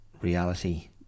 reality